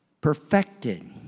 perfected